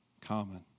common